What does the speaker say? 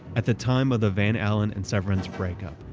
at the time of the van alen and severance breakup,